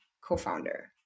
co-founder